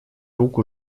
руку